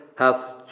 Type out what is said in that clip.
Hath